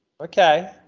Okay